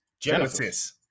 Genesis